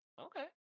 Okay